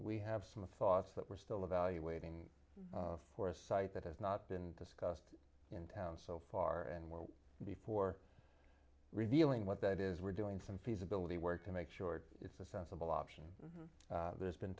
we have some of thoughts that we're still evaluating for a site that has not been discussed in town so far and where before revealing what that is we're doing some feasibility work to make sure it's a sensible option there's been